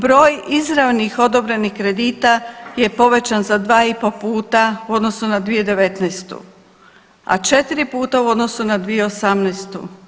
Broj izravnih odobrenih kredita je povećan za 2,5 puta u odnosu na 2019., a 4 puta u odnosu na 2018.